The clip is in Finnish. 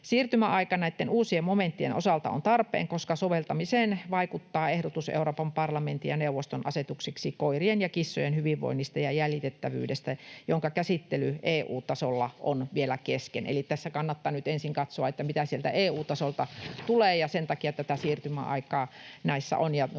Siirtymäaika näitten uusien momenttien osalta on tarpeen, koska soveltamiseen vaikuttaa ehdotus Euroopan parlamentin ja neuvoston asetukseksi koirien ja kissojen hyvinvoinnista ja jäljitettävyydestä, jonka käsittely EU-tasolla on vielä kesken. Eli tässä kannattaa nyt ensin katsoa, mitä sieltä EU-tasolta tulee, ja sen takia tätä siirtymäaikaa näissä on.